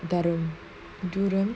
dharun duroom